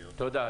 תודה,